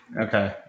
Okay